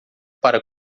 para